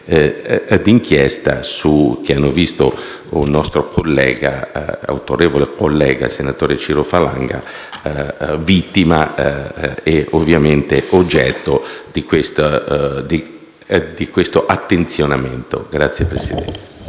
di inchiesta), che hanno visto un nostro autorevole collega, il senatore Ciro Falanga, vittima e ovviamente oggetto di questo attenzionamento. PRESIDENTE.